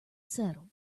settle